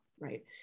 right